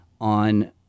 on